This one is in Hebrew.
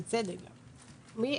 בצדק גם,